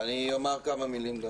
אני אומר כמה מילים גם.